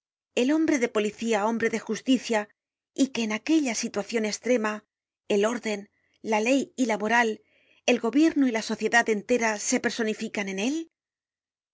el hombre de policía hombre de justicia y que en aquella situacion estrema el órden la ley y la moral el gobierno y la sociedad entera se personificaban en él